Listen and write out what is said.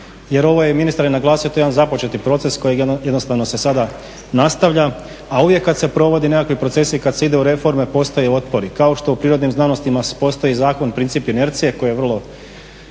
jer ovo je, ministar je naglasio to je jedan započeti proces kojega jednostavno se sada nastavlja. A uvijek kad se provode nekakvi procesi, kad se ide u reforme postoje otpori kao što u prirodnim znanostima postoji zakon princip inercije koji je vrlo